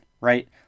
right